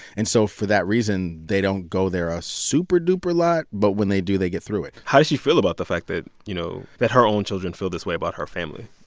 and so for that reason, they don't go there a super-duper lot, but when they do, they get through it how does she feel about the fact that, you know, that her own children feel this way about her family?